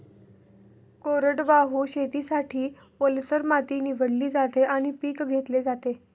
कोरडवाहू शेतीसाठी, ओलसर माती निवडली जाते आणि पीक घेतले जाते